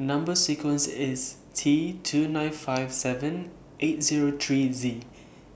Number sequence IS T two nine five seven eight Zero three Z